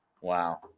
Wow